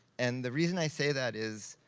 and the reason i say that is,